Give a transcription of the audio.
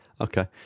Okay